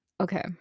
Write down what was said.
okay